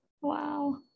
Wow